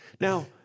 Now